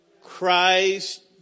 Christ